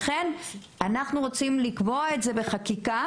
לכן אנחנו רוצים לקבוע את זה בחקיקה.